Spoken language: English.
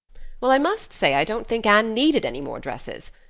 well, i must say i don't think anne needed any more dresses.